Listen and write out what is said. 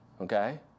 Okay